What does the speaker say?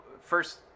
first